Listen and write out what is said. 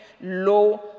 low